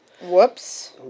Whoops